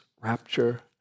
rapture